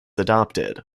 adopted